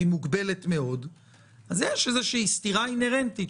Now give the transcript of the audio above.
מוגבלת מאוד אז יש איזו סתירה אינהרנטית,